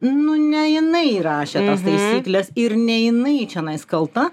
nu ne jinai rašė tas taisykles ir ne jinai čionais kalta